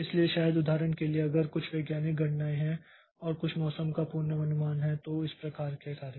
इसलिए शायद उदाहरण के लिए अगर कुछ वैज्ञानिक गणनाएं हैं और कुछ मौसम का पूर्वानुमान है तो इस प्रकार के कार्य